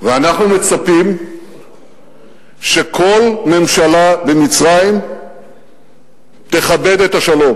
אנחנו מצפים שכל ממשלה במצרים תכבד את השלום.